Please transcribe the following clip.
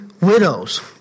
widows